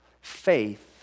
faith